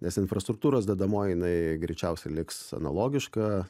nes infrastruktūros dedamoji jinai greičiausiai liks analogiška